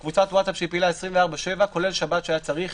חברים בקבוצת וואטסאפ שפעילה 24/7 כולל בשבת כשהיה צריך